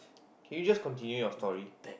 can you just continue your story